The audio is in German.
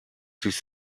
sich